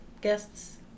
guests